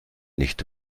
nicht